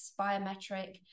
biometric